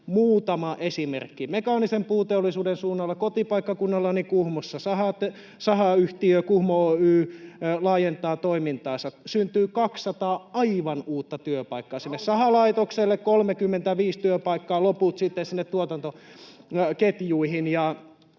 muutama esimerkki. Mekaanisen puuteollisuuden suunnalla kotipaikkakunnallani Kuhmossa sahayhtiö Kuhmo Oy laajentaa toimintaansa. Sinne syntyy 200 aivan uutta työpaikkaa, sahalaitokselle 35 työpaikkaa, loput sitten sinne tuotantoketjuihin,